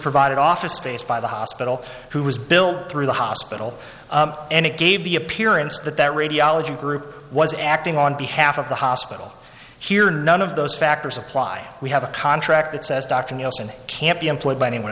provided office space by the hospital who was billed through the hospital and it gave the appearance that that radiology group was acting on behalf of the hospital here none of those factors apply we have a contract that says dr nielsen can't be employed by anyone